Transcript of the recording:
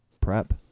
prep